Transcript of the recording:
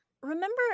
Remember